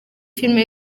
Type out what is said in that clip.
filime